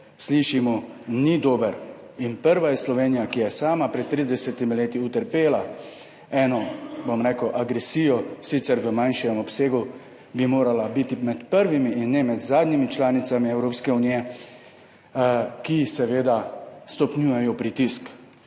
slišimo, ni dober. In prva je Slovenija, ki je sama pred 30 leti utrpela eno, bom rekel, agresijo, sicer v manjšem obsegu, bi morala biti med prvimi in ne med zadnjimi članicami Evropske unije, ki seveda stopnjujejo pritisk.